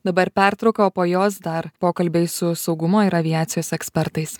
dabar pertrauka o po jos dar pokalbiai su saugumo ir aviacijos ekspertais